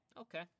okay